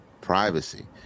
privacy